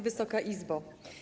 Wysoka Izbo!